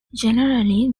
generally